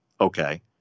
Okay